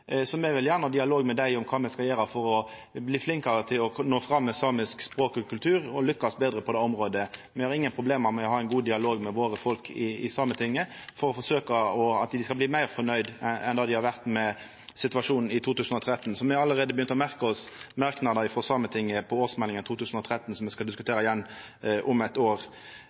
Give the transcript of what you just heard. Me vil gjerne ha ein dialog med dei om kva me skal gjera for å bli flinkare til å nå fram med samisk språk og kultur og for å lykkast betre på det området. Me har ingen problem med å ha ein god dialog med våre folk i Sametinget for å forsøkja å gjera slik at dei blir meir fornøgde med situasjonen enn dei har vore i 2013. Me har allereie begynt å merka oss Sametingets merknadar til årsmeldinga frå 2013, som me skal diskutera igjen om eit år.